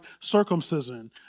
circumcision